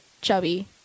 chubby